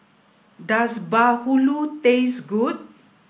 does Bahulu taste good